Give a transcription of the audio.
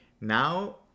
Now